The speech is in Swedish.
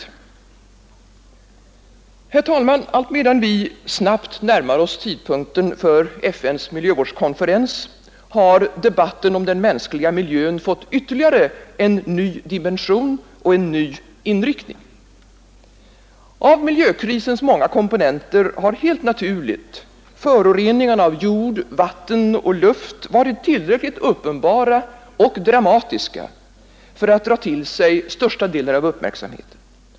Herr talman! Allt medan vi snabbt närmar oss tidpunkten för FN:s miljövårdskonferens har debatten om den mänskliga miljön fått ytterligare en ny dimension och en ny inriktning. Av miljökrisens många komponenter har helt naturligt föroreningarna av jord, vatten och luft varit tillräckligt uppenbara och dramatiska för att dra till sig största delen av uppmärksamheten.